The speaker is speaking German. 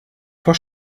vor